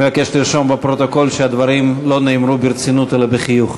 נבקש לרשום בפרוטוקול שהדברים לא נאמרו ברצינות אלא בחיוך.